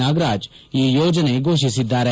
ನಾಗರಾಜ್ ಈ ಯೋಜನೆ ಫೋಷಿಸಿದ್ದಾರೆ